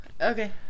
Okay